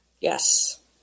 Yes